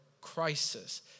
crisis